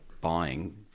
buying